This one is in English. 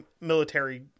military